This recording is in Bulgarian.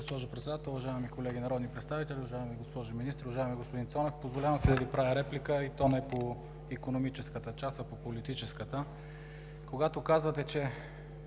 Когато казвате, че